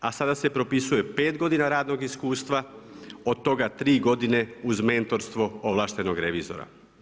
A sada se propisuje pet godina radnog iskustva, od toga tri godine uz mentorstvo ovlaštenog revizora.